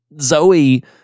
Zoe